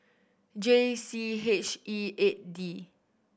J C H E eight D